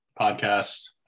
podcast